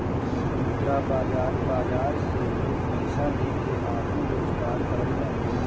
मुद्रा बाजार बाजार से लोग पईसा लेके आपन रोजगार करत बाटे